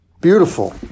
Beautiful